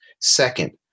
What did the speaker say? Second